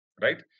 right